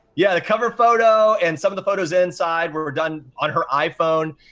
yeah, the cover photo and some of the photos inside were were done on her iphone.